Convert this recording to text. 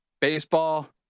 baseball